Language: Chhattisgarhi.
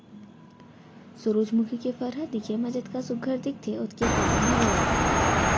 सुरूजमुखी के फर ह दिखे म जतका सुग्घर दिखथे ओतके काम घलौ आथे